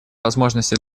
возможности